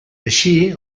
així